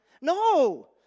No